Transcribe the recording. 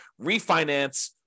refinance